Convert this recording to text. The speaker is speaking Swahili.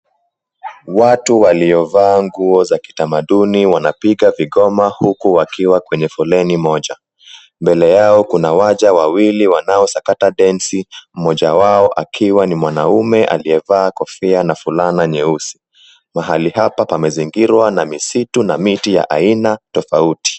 Watu waliovaa nguo za kitamaduni wanapiga vigoma huku wakiwa kwenye foleni moja, mbele yao kuna waja wawili wanaosakata densi mmoja wao akiwa ni mwanaume aliyevaa kofia na fulana nyeusi. Mahali hapa pamezingirwa na msitu na miti ya aina tofauti.